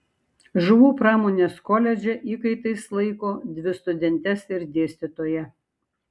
žuvų pramonės koledže įkaitais laiko dvi studentes ir dėstytoją